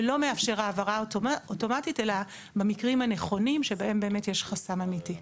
שלא מאפשר העברה אוטומטית אלא במקרים הנכונים שבהם באמת יש חסם אמיתי.